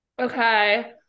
Okay